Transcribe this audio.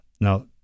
Now